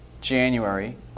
January